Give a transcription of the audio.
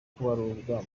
kubarurwa